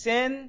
Sin